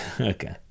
okay